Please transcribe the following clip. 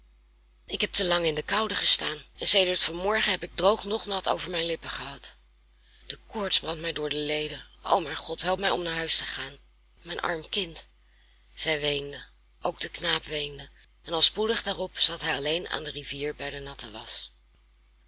ik heb te lang in de koude gestaan en sedert van morgen heb ik droog noch nat over mijn lippen gehad de koorts brandt mij door de leden o mijn god help mij om naar huis te gaan mijn arm kind zij weende ook de knaap weende en al spoedig daarop zat hij alleen aan de rivier bij de natte wasch